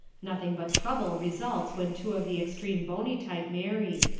nothing but trouble results when two of the extreme bony type marry,